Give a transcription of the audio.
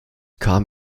kam